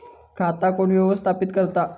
खाता कोण व्यवस्थापित करता?